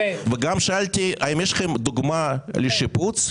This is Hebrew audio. וגם שאלתי האם יש לכם דוגמה לשיפוץ